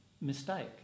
mistake